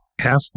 halfway